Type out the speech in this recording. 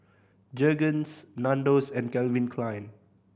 Jergens Nandos and Calvin Klein